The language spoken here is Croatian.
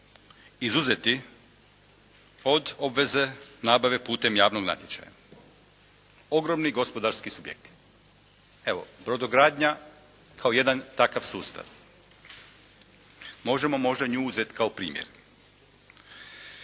izuzeti od obveze nabave putem javnog natječaja, ogromni gospodarski subjekti. Evo brodogradnja kao jedan takav sustav. Možemo možda nju uzeti kao primjer.